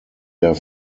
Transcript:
der